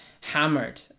hammered